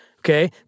Okay